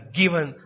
given